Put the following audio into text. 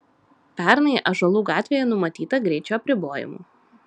pernai ąžuolų gatvėje numatyta greičio apribojimų